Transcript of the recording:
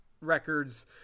records